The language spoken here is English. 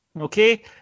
okay